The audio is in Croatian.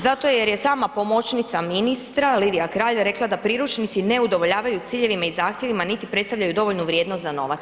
Zato jer je sama pomoćnica ministra Lidija Kralj rekla da priručnici ne udovoljavaju ciljevima i zahtjevima niti predstavljaju dovoljnu vrijednost za novac.